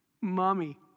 Mommy